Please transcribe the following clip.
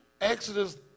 Exodus